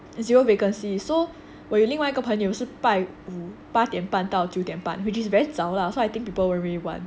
zero vacancy so 我有另外一个朋友是拜五八点半到到九点半 which is very 早 lah so I think people won't really want [one]